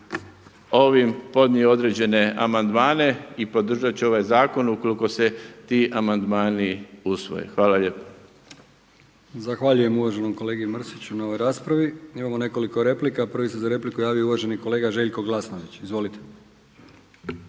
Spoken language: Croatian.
ovim podnio određene amandmane i podržat će ovaj zakon ukoliko se ti amandmani usvoje. Hvala lijepa. **Brkić, Milijan (HDZ)** Zahvaljujem uvaženom kolegi Mrsiću na ovoj raspravi. Imamo nekoliko replika. Prvi se za repliku javio uvaženi kolega Željko Glasnović. Izvolite.